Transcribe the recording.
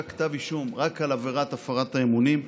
כתב אישום רק על עבירת הפרת האמונים.